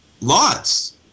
lots